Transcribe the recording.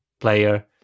player